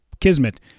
Kismet